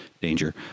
danger